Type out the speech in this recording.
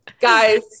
guys